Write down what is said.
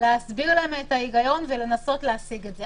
להסביר להם את ההיגיון ולנסות להשיג את זה.